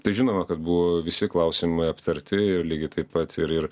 tai žinoma kad buvo visi klausimai aptarti ir lygiai taip pat ir ir